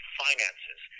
finances